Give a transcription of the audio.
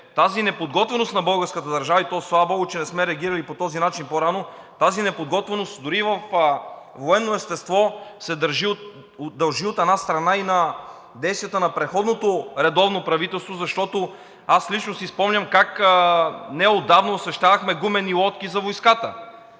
тази неподготвеност на българската държава – и то слава богу, че не сме реагирали по този начин по-рано дори и във военно естество, се дължи, от една страна, и на действията на предходното редовно правителство, защото аз лично си спомням как неотдавна освещавахме гумени лодки за войската.